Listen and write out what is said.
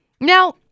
Now